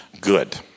Good